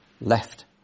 left